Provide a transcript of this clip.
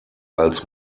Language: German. als